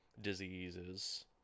diseases